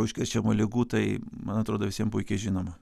užkrečiamų ligų tai man atrodo visiem puikiai žinoma